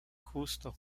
justo